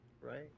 Right